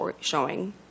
showing